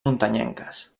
muntanyenques